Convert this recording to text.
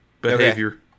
behavior